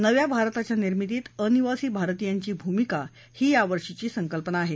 नव्या भारताच्या निर्मितीत अनिवासी भारतीयांची भूमिका ही यावर्षीची संकल्पना आहे